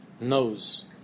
knows